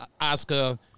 Oscar